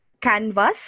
canvas